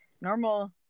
normal